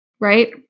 right